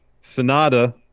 Sonata